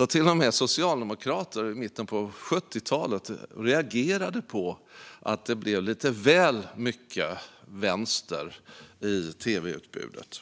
att till och med socialdemokrater i mitten av 70-talet reagerade på att det blev lite väl mycket vänster i tv-utbudet.